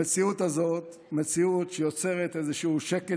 המציאות הזאת היא מציאות שיוצרת איזשהו שקט